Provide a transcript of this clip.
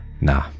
Nah